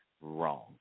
wrong